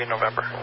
November